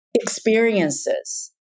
experiences